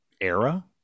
era